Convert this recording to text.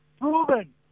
proven